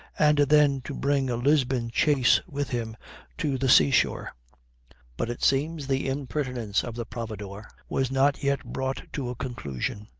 and then to bring a lisbon chaise with him to the seashore but it seems the impertinence of the providore was not yet brought to a conclusion.